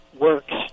works